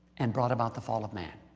and brought about the fall of man.